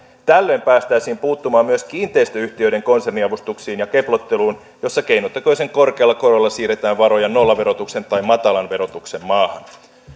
tällöin päästäisiin puuttumaan myös kiinteistöyhtiöiden konserniavustuksiin ja keplotteluun jossa keinotekoisen korkealla korolla siirretään varoja nollaverotuksen tai matalan verotuksen maahan